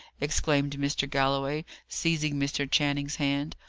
exclaimed mr. galloway, seizing mr. channing's hand.